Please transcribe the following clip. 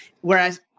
Whereas